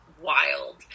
wild